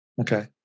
okay